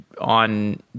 on